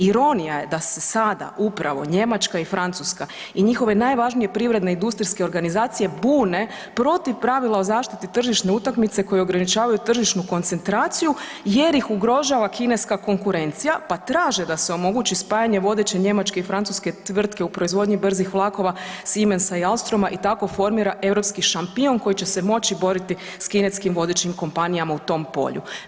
Ironija je da se sada upravo Njemačka i Francuska i njihove najvažnije privredne industrijske organizacije bune protiv pravila o zaštiti tržišne utakmice koju ograničavaju tržišnu koncentraciju jer ih ugrožava kineska konkurencija, pa traže da se omogući spajanje vodeće njemačke i francuske tvrtke u proizvodnji brzih vlakova Siemensa i Alstroma i tako formira europski šampion koji će se moći boriti s kineskim vodećim kompanijama u tom polju.